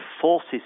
forces